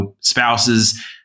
spouses